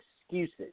excuses